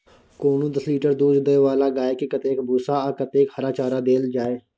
कोनो दस लीटर दूध दै वाला गाय के कतेक भूसा आ कतेक हरा चारा देल जाय?